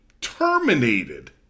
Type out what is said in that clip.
terminated